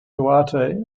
duarte